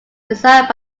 designed